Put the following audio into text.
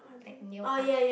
like nail art